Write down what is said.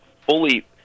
fully